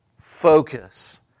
focus